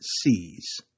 sees